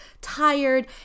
tired